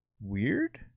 weird